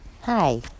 Hi